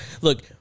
Look